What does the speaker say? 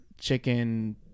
chicken